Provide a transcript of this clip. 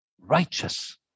righteous